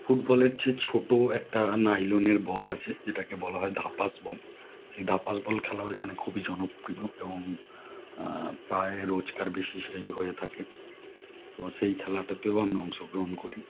ফুটবলের চেয়ে ছোট একটা নাইলনের বল আছে যেটাকে বলা হয় ধাপাস বল সেই ধাপাস বল খেলাও এখানে খুবই জনপ্রিয় এবং প্রায় রোজকার বেসিসেই হয়ে থাকে তো সেই খেলাটাতেও আমি অংশগ্রহণ করি